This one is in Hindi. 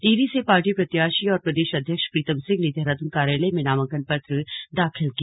टिहरी से पार्टी प्रत्याशी और प्रदेश अध्यक्ष प्रीतम सिंह ने देहरादून कार्यालय में नामांकन पत्र दाखिल किया